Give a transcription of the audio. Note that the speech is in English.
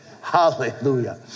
Hallelujah